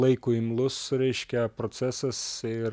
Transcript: laikui imlus reiškia procesas ir